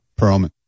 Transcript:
Perlman